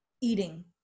eating